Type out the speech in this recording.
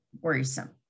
worrisome